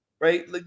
right